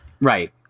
Right